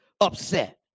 upset